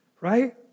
right